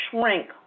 shrink